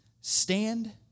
stand